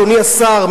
אדוני השר,